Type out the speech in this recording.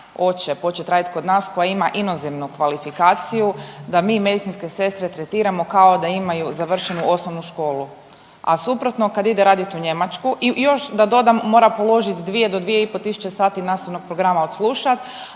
hoće početi raditi kod nas koja ima inozemnu kvalifikaciju da mi medicinske sestre tretiramo kao da imaju završenu osnovnu školu. A suprotno, kad ide radit u Njemačku i još da dodam mora položiti dvije do dvije i pol tisuće sati nacionalnog programa odslušati,